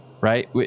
right